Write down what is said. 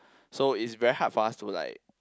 so its very hard for us to like